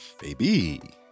baby